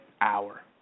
hour